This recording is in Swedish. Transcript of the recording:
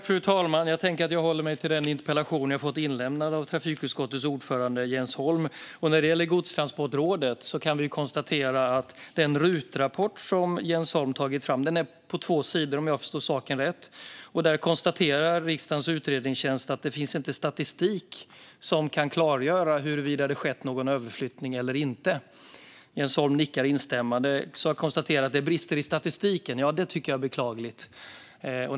Fru talman! Jag tänker att jag håller mig till den interpellation jag har fått inlämnad av trafikutskottets ordförande Jens Holm. När det gäller godstransportrådet kan vi konstatera följande. Den RUT-rapport som Jens Holm har tagit fram är på två sidor, om jag förstår saken rätt. Riksdagens utredningstjänst konstaterar att det inte finns statistik som kan klargöra huruvida det har skett någon överflyttning eller inte. Jens Holm nickar instämmande. Jag konstaterar att det brister i statistiken, och det är beklagligt.